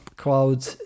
cloud